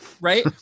right